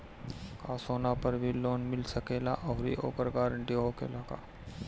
का सोना पर भी लोन मिल सकेला आउरी ओकर गारेंटी होखेला का?